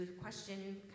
question